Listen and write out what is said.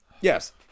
Yes